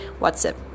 WhatsApp